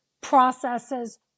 processes